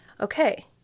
Okay